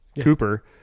Cooper